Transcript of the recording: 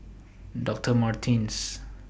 Dr Martens